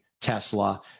Tesla